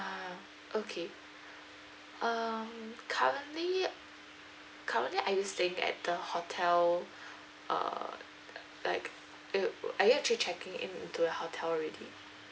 um okay um currently currently are you staying at the hotel uh like you are you actually checking in into your hotel already